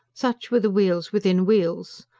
such were the wheels within wheels.